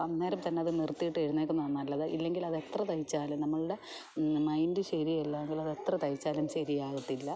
അന്നേരം തന്നത് നിർത്തിയിട്ട് എഴുന്നേൽക്കുന്നതാണ് നല്ലത് ഇല്ലെങ്കിൽ അതെത്ര തയ്ച്ചാലും നമ്മളുടെ മൈൻറ്റ് ശരിയല്ലെങ്കിൽ അതെത്ര തയ്ച്ചാലും ശരിയാകത്തില്ല